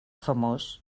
famós